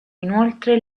inoltre